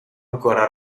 ancora